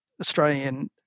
Australian